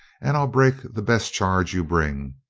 and i'll break the best charge you bring.